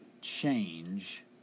change